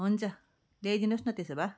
हुन्छ ल्याइदिनुहोस् न त्यसो भए